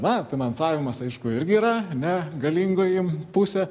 na finansavimas aišku irgi yra ane galingoji pusė